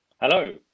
Hello